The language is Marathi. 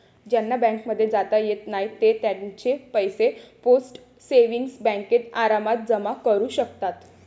ज्यांना बँकांमध्ये जाता येत नाही ते त्यांचे पैसे पोस्ट सेविंग्स बँकेत आरामात जमा करू शकतात